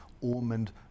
Ormond